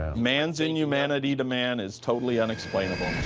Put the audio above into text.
man's inhumanity to man is totally unexplainable.